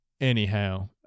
Anyhow